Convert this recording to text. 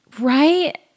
Right